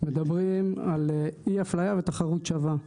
מדברים על אי אפליה ותחרות שווה,